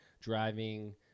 driving